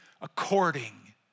according